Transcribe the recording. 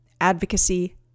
advocacy